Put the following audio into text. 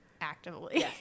actively